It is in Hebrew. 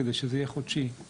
כדי שזה יהיה חודשי.